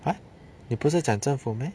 !huh! 你不是讲政府 meh